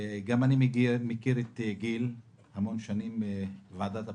גם אני מכיר את גיל המון שנים מוועדת הבחירות,